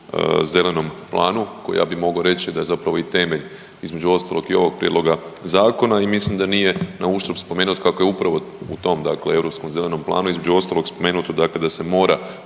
zelenom planu, koji, ja bi mogao reći da je zapravo i temelj između ostalog i ovog Prijedloga zakona i mislim da nije nauštrb spomenuti kako je upravo u tom dakle, Europskom zelenom planu, između ostalog, spomenuto dakle da